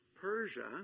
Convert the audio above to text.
Persia